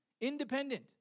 independent